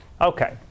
Okay